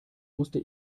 musste